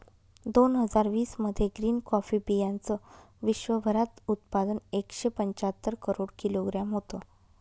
दोन हजार वीस मध्ये ग्रीन कॉफी बीयांचं विश्वभरात उत्पादन एकशे पंच्याहत्तर करोड किलोग्रॅम होतं